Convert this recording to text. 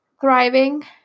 Thriving